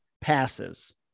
passes